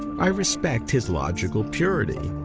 i respect his logical purity.